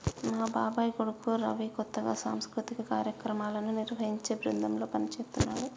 మా బాబాయ్ కొడుకు రవి కొత్తగా సాంస్కృతిక కార్యక్రమాలను నిర్వహించే బృందంలో పనిజేత్తన్నాడు